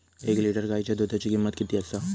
एक लिटर गायीच्या दुधाची किमंत किती आसा?